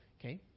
Okay